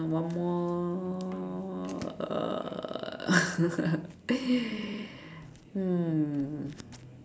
one more uh um